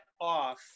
off